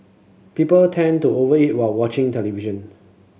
people tend to over eat while watching television